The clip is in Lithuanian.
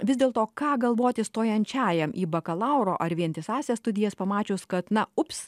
vis dėlto ką galvoti stojančiajam į bakalauro ar vientisąsias studijas pamačius kad na ups